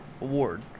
award